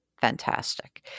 Fantastic